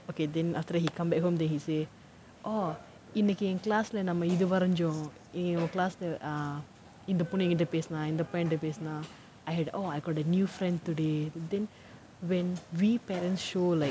okay then after that he come back home then he say orh இன்னைக்கு என்:innaikku en class lah நம்ம இது வரஞ்சோம் இன்னைக்கு என்:namma ithu varanjom innaikku en class lah இந்த பொண்ணு என்கிட்ட பேசுனா:intha ponnu enkitta pesunaa ah இந்த பையன் என்கிட்ட பேசுனா:intha paiyan enkitta pesunaa I had oh I got a new friend today then when we parents show like